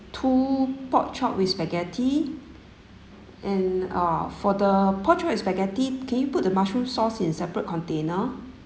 two pork chop with spaghetti and uh for the pork chop with spaghetti can you put the mushroom sauce in separate container